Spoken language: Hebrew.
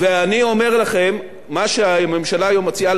מה שהממשלה היום מציעה לכנסת זה הסדר סביר,